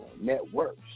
Networks